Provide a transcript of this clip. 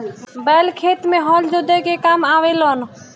बैल खेत में हल जोते के काम आवे लनअ